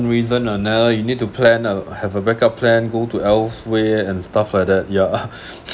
reason or now you need to plan a have a backup plan go to elsewhere and stuff like that yeah